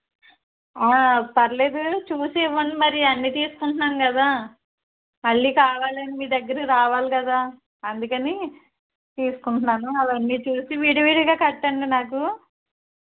పర్లేదు చూసి ఇవ్వండి మరి అన్ని తీసుకుంటున్నాను కదా మళ్ళీ కావాలంటే మీ దగ్గరకి రావాలి కదా అందుకని తీసుకుంటున్నాను అవన్నీ చూసి విడివిడిగా కట్టండి నాకు